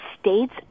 States